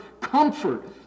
comfort